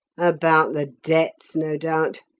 about the debts, no doubt.